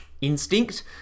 instinct